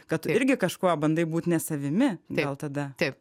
kad tu irgi kažkuo bandai būti ne savimi gal tada